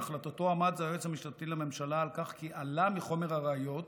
בהחלטתו עמד היועץ המשפטי לממשלה על כך שמחומר הראיות